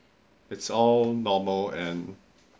it's all normal and